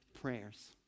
prayers